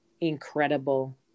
incredible